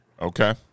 Okay